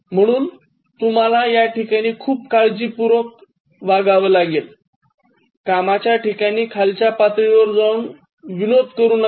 म्हणून तुम्हाला याठिकाणी खूप काळजीपूर्वक वागलं पाहिजे कामाच्या ठिकाणी खालच्या पातळीवर जाऊन विनोद करू नका